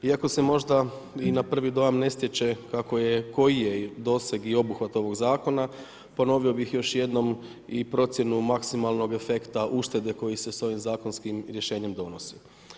Iako se možda i na prvi dojam ne stječe koji je doseg i obuhvat ovog zakona, ponovio bih još jednom i procjenu maksimalnog efekta uštede koji se s ovim zakonskim rješenjem donosi.